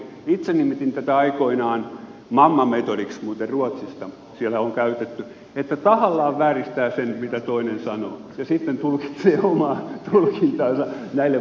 itse nimitin tätä aikoinaan mammametodiksi muuten ruotsista siellä on käytetty siis että tahallaan vääristää sen mitä toinen sanoo ja sitten tulkitsee omaa tulkintaansa näille muille vakuuttelee